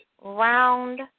round